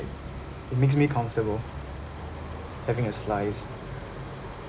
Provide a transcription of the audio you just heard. it makes me comfortable having a slice